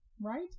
Right